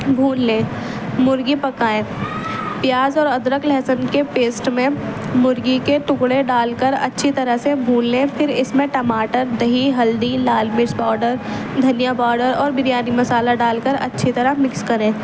بھون لیں مرغی پکائیں پیاز اور ادرک لہسن کے پیسٹ میں مرغی کے ٹکڑے ڈال کر اچھی طرح سے بھون لیں پھر اس میں ٹماٹر دہی ہلدی لال مرچ پاؤڈر دھنیا پاؤڈر اور بریانی مسالہ ڈال کر اچھی طرح مکس کریں